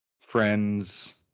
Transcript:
friends